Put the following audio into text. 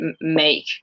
make